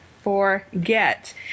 forget